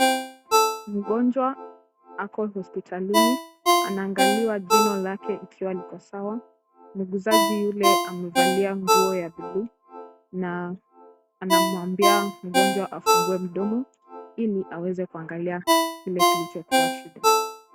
Mgonjwa ako hospitalini anaangaliwa jino lake ikiwa liko sawa. Muuguzaji yule amevalia nguo ya bluu, na anamwambia mgonjwa afungue mdomo, ili aweze kuangalia kile kilichokuwa shida.